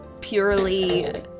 purely